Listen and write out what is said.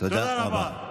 תודה רבה.